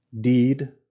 deed